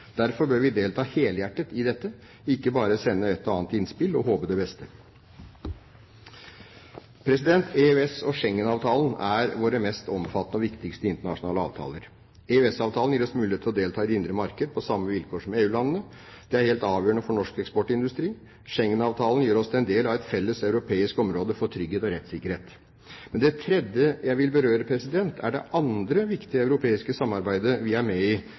Derfor bør vi delta helhjertet i dette – ikke bare sende et og annet innspill og håpe det beste. EØS- og Schengen-avtalene er våre mest omfattende og viktigste internasjonale avtaler. EØS-avtalen gir oss mulighet til å delta i det indre marked på samme vilkår som EU-landene. Det er helt avgjørende for norsk eksportindustri. Schengen-avtalen gjør oss til en del av et felles europeisk område for trygghet og rettssikkerhet. Det tredje jeg vil berøre, er det andre viktige europeiske samarbeidet vi er med i